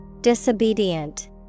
Disobedient